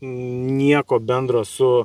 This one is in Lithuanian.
nieko bendro su